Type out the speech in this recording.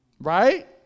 Right